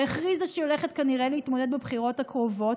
שהכריזה שהיא הולכת כנראה להתמודד בבחירות הקרובות,